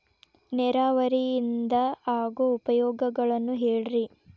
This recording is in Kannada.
ನೇರಾವರಿಯಿಂದ ಆಗೋ ಉಪಯೋಗಗಳನ್ನು ಹೇಳ್ರಿ